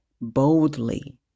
boldly